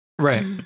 Right